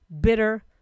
bitter